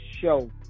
show